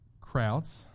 crowds